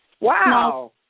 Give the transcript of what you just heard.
wow